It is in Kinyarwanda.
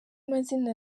mazina